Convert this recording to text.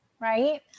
right